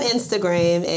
Instagram